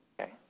Okay